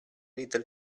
little